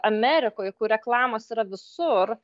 amerikoj kur reklamos yra visur